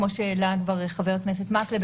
כמו שהעלה חבר הכנסת מקלב,